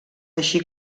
així